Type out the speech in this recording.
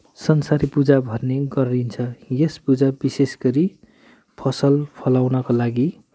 संसारी पूजा भन्ने गरिन्छ यस पूजा विशैष गरी फसल फलाउनको लागि